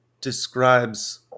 describes